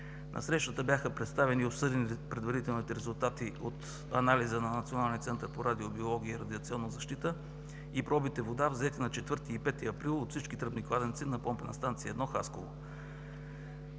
На срещата бяха представени и обсъдени предварителните резултати от анализа на Националния център по радиобиология и радиационна защита и пробите вода, взети на 4 и 5 април от всички тръбни кладенци на Помпена станция „Хасково